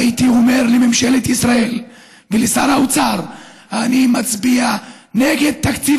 הייתי אומר לממשלת ישראל ולשר האוצר: אני מצביע נגד תקציב